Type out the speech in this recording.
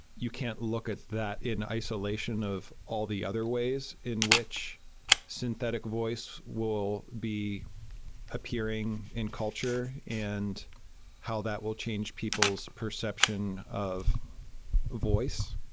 you can't look at that in isolation of all the other ways in which synthetic voice will be appearing in culture and how that will change people's perception of voice.